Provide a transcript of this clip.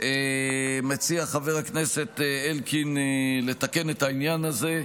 מציע חבר הכנסת אלקין לתקן את העניין הזה.